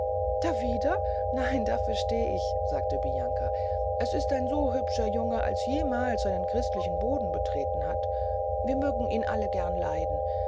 dawider nein dafür steh ich sagte bianca es ist ein so hübscher junge als jemals einen christlichen boden betreten hat wir mögen ihn alle gern leiden